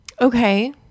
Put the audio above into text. Okay